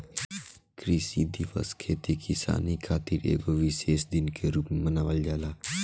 कृषि दिवस खेती किसानी खातिर एगो विशेष दिन के रूप में मनावल जाला